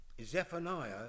Zephaniah